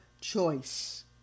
choice